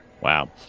wow